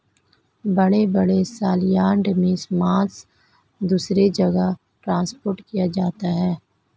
बड़े बड़े सलयार्ड से मांस दूसरे जगह ट्रांसपोर्ट किया जाता है